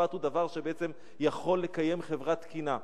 המשפט הוא דבר שבעצם יכול לקיים חברה תקינה.